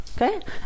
Okay